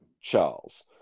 Charles